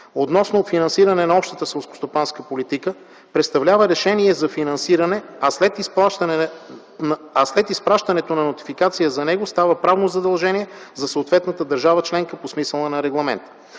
относно финансиране на общата селскостопанска политика представлява решение за финансиране, а след изпращането на нотификация за него става правно задължение за съответната държава членка по смисъла на регламента.